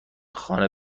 خانه